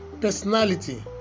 personality